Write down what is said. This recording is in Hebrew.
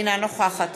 אינה נוכחת